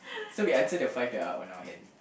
so we answer the five that are on our hand